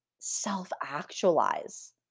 self-actualize